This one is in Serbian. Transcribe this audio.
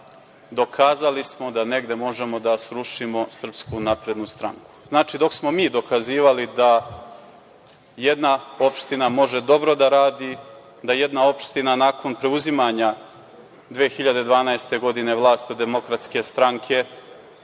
dokazali smo da negde možemo da srušimo Srpsku naprednu stranku. Znači, dok smo mi dokazivali da jedna opština može dobro da radi, da jedna opština nakon preuzimanja vlasti 2012. godine od DS na čelu sa